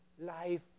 life